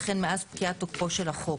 וכן מאז פקיעת תוקפו של החוק.